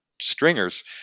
stringers